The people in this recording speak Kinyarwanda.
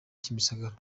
kimisagara